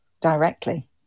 directly